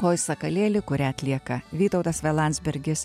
oi sakalėli kurią atlieka vytautas v landsbergis